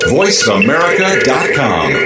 voiceamerica.com